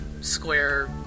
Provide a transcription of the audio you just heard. Square